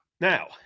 Now